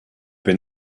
been